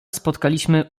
spotkaliśmy